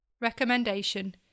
Recommendation